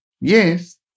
Yes